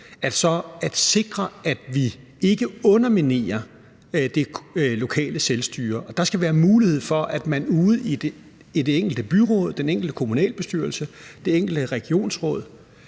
at sikre, at vi ikke underminerer det lokale selvstyre. Der skal være mulighed for, at man ude i det enkelte byråd, i den enkelte kommunalbestyrelse, i det enkelte regionsråd